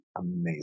amazing